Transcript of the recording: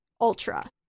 Ultra